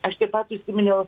aš taip pat užsiminiau